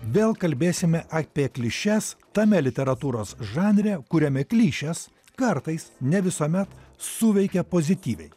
vėl kalbėsime apie klišes tame literatūros žanre kuriame klišės kartais ne visuomet suveikia pozityviai